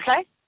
Okay